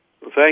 Thank